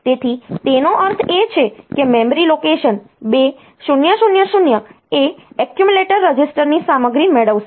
તેથી તેનો અર્થ એ છે કે મેમરી લોકેશન 2000 એ એક્યુમ્યુલેટર રજિસ્ટરની સામગ્રી મેળવશે